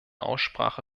aussprache